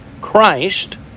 Christ